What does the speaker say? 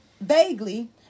vaguely